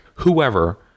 Whoever